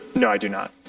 no, i do not.